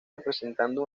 representando